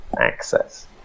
access